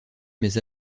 mais